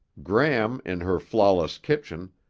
gram in her flawless kitchen,